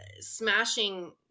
smashing